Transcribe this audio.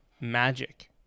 magic